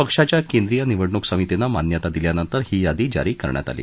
पक्षाच्या केंद्रीय निवडणूक समितीनं मान्यता दिल्यानंतर ही यादी जारी करण्यात आली